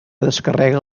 descarrega